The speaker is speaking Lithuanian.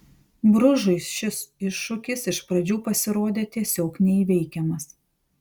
bružui šis iššūkis iš pradžių pasirodė tiesiog neįveikiamas